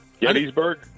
Gettysburg